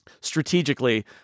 strategically